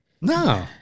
No